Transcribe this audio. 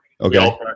Okay